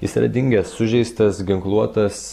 jis yra dingęs sužeistas ginkluotas